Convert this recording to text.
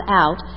out